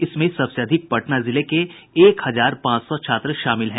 इसमें सबसे अधिक पटना जिले के एक हजार पांच सौ छात्र हैं